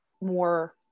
more